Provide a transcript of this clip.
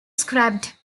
scrapped